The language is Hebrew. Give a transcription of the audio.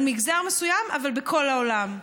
על מגזר מסוים אבל בכל העולם.